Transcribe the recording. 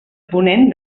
ponent